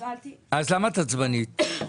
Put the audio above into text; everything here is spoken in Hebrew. בטח,